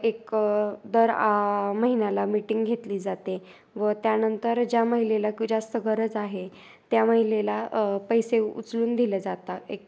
एक दर आ महिन्याला मिटिंग घेतली जाते व त्यानंतर ज्या महिलेला क जास्त गरज आहे त्या महिलेला पैसे उचलून दिलं जाता एक